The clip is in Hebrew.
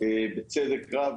בצדק רב,